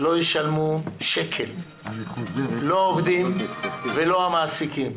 לא ישלמו שקל, לא העובדים ולא המעסיקים.